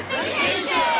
Vacation